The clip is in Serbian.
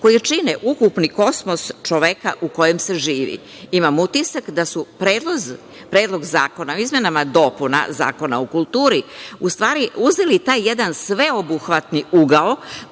koje čine ukupni kosmos čoveka u kojem se živi. Imam utisak da su Predlog zakona o izmenama i dopunama Zakona o kulturu, u stvari uzeli i taj jedan sveobuhvatni ugao